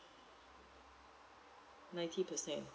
ninety percent